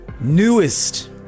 newest